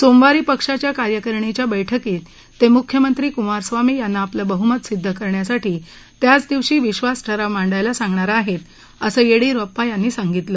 सोमवारी पक्षाच्या कार्यकारिणीच्या बैठकीत ते मुख्यमंत्री कुमारस्वामी यांना आपलं बहुमत सिद्ध करण्यासाठी त्याच दिवशी विश्वास ठराव मांडायला सांगणार आहेत असं येडियुरप्पा यांनी सांगितलं